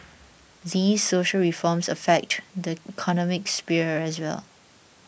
these social reforms affect the economic sphere as well